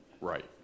Right